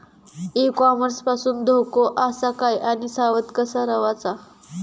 E commerce पासून धोको आसा काय आणि सावध कसा रवाचा?